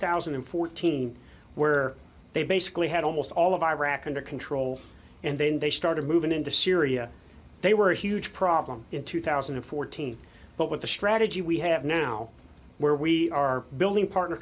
thousand and fourteen where they basically had almost all of iraq under control and then they started moving into syria they were a huge problem in two thousand and fourteen but with the strategy we have now where we are building partner